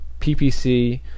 PPC